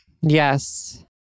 Yes